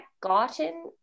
gotten